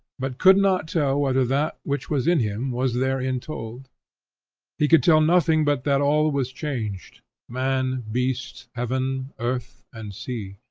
but could not tell whether that which was in him was therein told he could tell nothing but that all was changed man, beast, heaven, earth and sea.